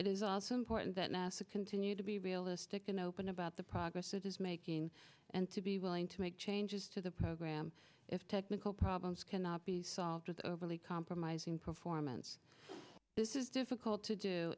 it is also important that nasa continue to be realistic and open about the progress it is making and to be willing to make changes to the program if technical problems cannot be solved with overly compromising performance this is difficult to do